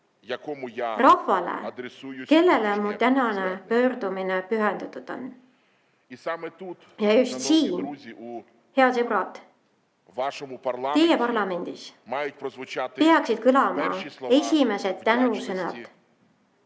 Rahvale, kellele mu tänane pöördumine pühendatud on. Ja just siin, head sõbrad, teie parlamendis, peaksid kõlama esimesed tänusõnad